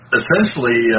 essentially